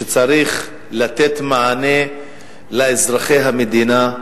שצריך לתת מענה לאזרחי המדינה,